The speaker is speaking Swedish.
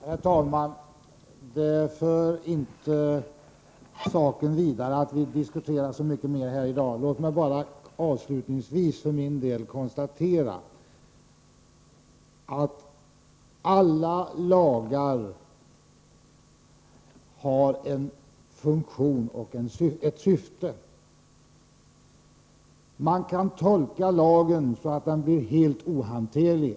Herr talman! Det för inte saken vidare att vi diskuterar så mycket mer här i dag. Låt mig bara avslutningsvis för min del konstatera att alla lagar har en funktion och ett syfte. Man kan om man har bristande vilja, tolka lagen så att den blir helt ohanterlig.